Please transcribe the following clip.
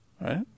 right